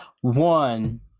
One